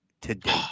today